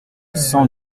cent